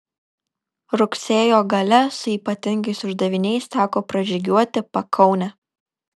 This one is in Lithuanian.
rugsėjo gale su ypatingais uždaviniais teko pražygiuoti pakaunę